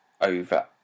over